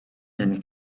таних